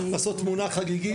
לעשות תמונה חגיגית,